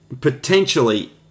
potentially